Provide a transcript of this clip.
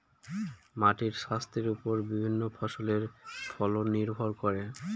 মাটির স্বাস্থ্যের ওপর বিভিন্ন ফসলের ফলন নির্ভর করে